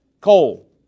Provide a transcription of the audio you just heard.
coal